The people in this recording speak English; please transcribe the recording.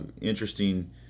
interesting